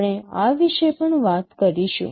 આપણે આ વિશે પણ વાત કરીશું